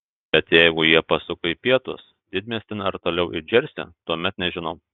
bet jeigu jie pasuko į pietus didmiestin ar toliau į džersį tuomet nežinau